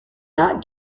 not